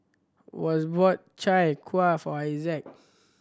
Wes bought Chai Kuih for Isaac